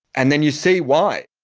and then you see why.